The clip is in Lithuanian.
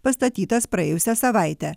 pastatytas praėjusią savaitę